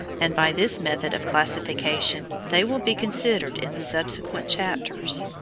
and by this method of classification, they will be considered in the subsequent chapters.